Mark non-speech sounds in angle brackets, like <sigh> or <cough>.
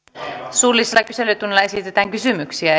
suullisella kyselytunnilla esitetään kysymyksiä <unintelligible>